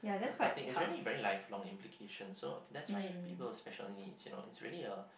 the kinds of thing is really very lifelong implication so that's why people with special need you know is really a